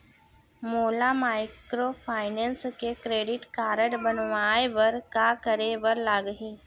मोला माइक्रोफाइनेंस के credit card बनवाए बर का करे बर लागही?